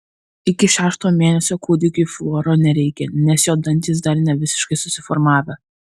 iki šešto mėnesio kūdikiui fluoro nereikia nes jo dantys dar nevisiškai susiformavę